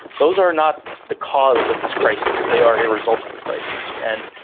those are not the cause of this crisis. they are a result of the crisis. and,